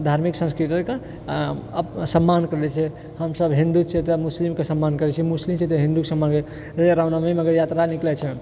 धार्मिक संस्कृतिके सम्मान करै छै हमसब हिन्दू छियै तऽ मुस्लिम कऽ सम्मान करै छै मुस्लिम छै तऽ हिन्दू कऽ सम्मान करै रामनवमीमे अगर यात्रा निकलै छै